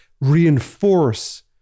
reinforce